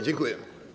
Dziękuję.